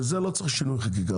בזה לא צריך שינוי חקיקה,